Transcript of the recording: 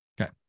Okay